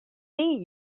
see